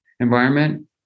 Environment